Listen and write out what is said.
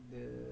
mm